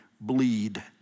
bleed